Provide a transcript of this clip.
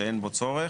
שאין בו צורך.